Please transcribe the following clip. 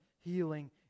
healing